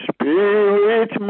Spirit